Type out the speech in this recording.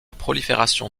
prolifération